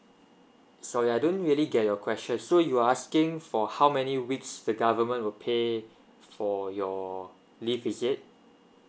sorry I don't really get your question so you are asking for how many weeks the government will pay for your leave is it